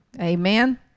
amen